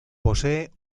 posee